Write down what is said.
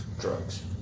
Drugs